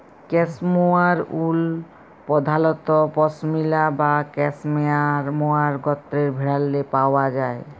cashmere wool পধালত পশমিলা বা ক্যাসমোয়ার গত্রের ভেড়াল্লে পাউয়া যায়